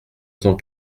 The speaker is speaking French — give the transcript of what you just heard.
cent